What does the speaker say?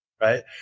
right